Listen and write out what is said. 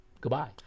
goodbye